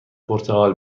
پرتغال